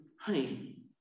honey